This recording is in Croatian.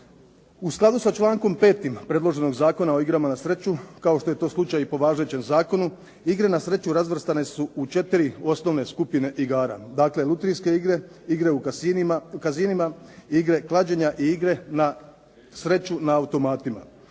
U skladu sa člankom 5. predloženog Zakona o igrama na sreću, kao što je to slučaj i po važećem zakonu, igre na sreću razvrstane su u četiri osnovne skupine igara, dakle lutrijske igre, igre u casinima, igre klađenja i igre na sreću na automatima.